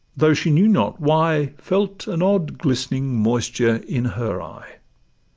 though she knew not why, felt an odd glistening moisture in her eye.